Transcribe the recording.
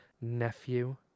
nephew